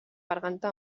garganta